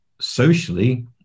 socially